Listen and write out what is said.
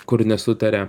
kur nesutaria